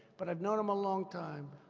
but i've known him a long time.